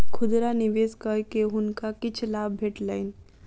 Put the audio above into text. खुदरा निवेश कय के हुनका किछ लाभ भेटलैन